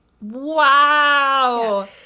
wow